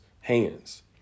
hands